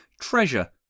Treasure